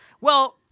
Well-